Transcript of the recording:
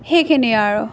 সেইখিনিয়ে আৰু